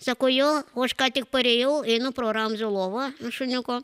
sako jo o aš ką tik parėjau einu pro ramzio lovą šuniuko